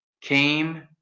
came